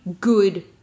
good